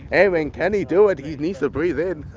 aiming. can he do it. he needs to breathe in.